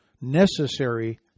necessary